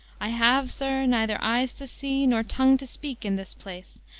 i have, sir, neither eyes to see, nor tongue to speak, in this place,